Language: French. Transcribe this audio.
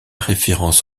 référence